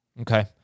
Okay